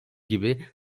gibi